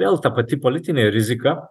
vėl ta pati politinė rizika